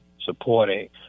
supporting